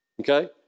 Okay